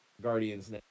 Guardians